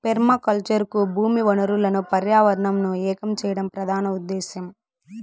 permaculture కు భూమి వనరులను పర్యావరణంను ఏకం చేయడం ప్రధాన ఉదేశ్యం